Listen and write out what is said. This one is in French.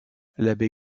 l’abbé